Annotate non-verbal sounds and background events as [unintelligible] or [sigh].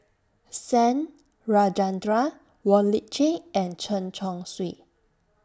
[unintelligible] Rajendran Wong Lip Chin and Chen Chong Swee